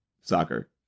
soccer